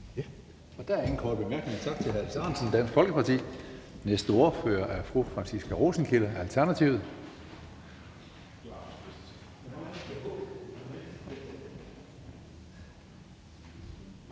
Der er ingen korte bemærkninger. Tak til hr. Alex Ahrendtsen, Dansk Folkeparti. Næste ordfører er fru Franciska Rosenkilde, Alternativet.